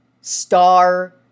star